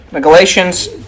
Galatians